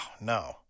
no